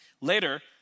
Later